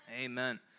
amen